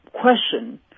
question